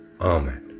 Amen